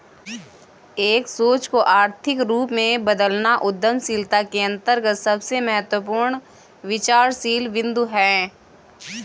एक सोच को आर्थिक रूप में बदलना उद्यमशीलता के अंतर्गत सबसे महत्वपूर्ण विचारशील बिन्दु हैं